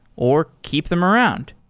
or keep them around.